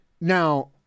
Now